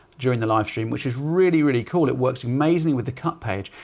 during the live stream, which is really, really cool. it works amazingly with the cut page.